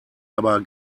aber